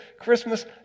Christmas